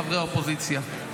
חברי האופוזיציה,